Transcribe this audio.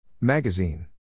Magazine